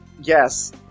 Yes